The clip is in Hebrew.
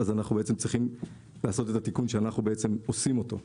אנחנו צריכים לעשות את התיקון שאנחנו עושים אותו.